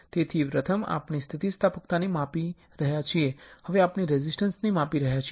તેથી પ્રથમ આપણે સ્થિતિસ્થાપકતાને માપી રહ્યા છીએ હવે આપણે રેઝિસ્ટન્સ ને માપી રહ્યા છીએ